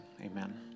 amen